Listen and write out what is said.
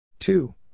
Two